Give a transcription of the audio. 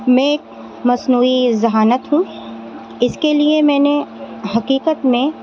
میں مصنوعی ذہانت ہوں اس کے لیے میں نے حقیقت میں